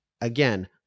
again